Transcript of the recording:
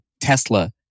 Tesla